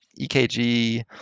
EKG